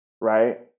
right